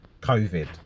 COVID